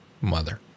mother